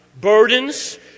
Burdens